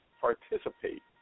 participate